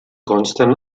consten